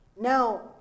Now